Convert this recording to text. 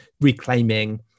reclaiming